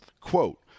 Quote